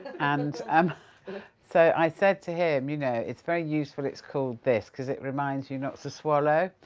and um so i said to him, you know, it's very useful it's called this because it reminds you not to swallow,